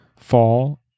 fall